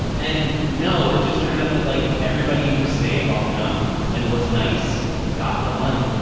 and no, it just turned out that like everybody who stayed long enough and was nice got the money.